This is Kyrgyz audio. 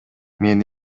мен